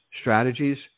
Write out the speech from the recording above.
strategies